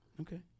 Okay